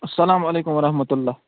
اَسلامُ علیکُم وَرحمتہ اللہ